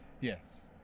Yes